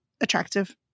attractive